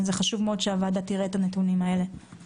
זה חשוב מאוד שהוועדה תראה את הנתונים האלה.